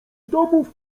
domów